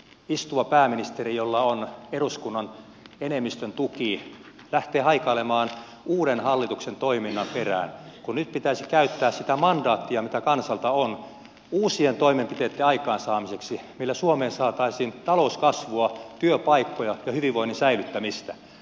istuva pääministeri jolla on eduskunnan enemmistön tuki lähtee haikailemaan uuden hallituksen toiminnan perään kun nyt pitäisi käyttää sitä mandaattia mitä kansalta on uusien toimenpiteitten aikaansaamiseksi millä suomeen saataisiin talouskasvua työpaikkoja ja hyvinvoinnin säilyttämistä